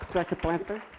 director blandford.